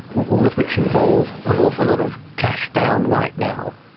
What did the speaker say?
all of which involve an awful lot of cash down right now.